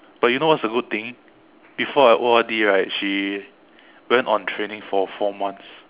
but you know what's the good thing before I O_R_D right she went on training for four months